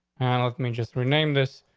and let me just rename this,